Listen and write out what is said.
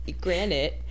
Granted